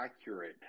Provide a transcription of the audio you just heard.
accurate